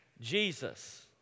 Jesus